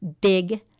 Big